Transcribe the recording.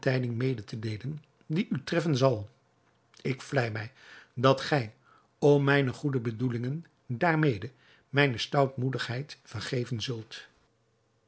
mede te deelen die u treffen zal ik vlei mij dat gij om mijne goede bedoelingen daarmede mijne stoutmoedigheid vergeven zult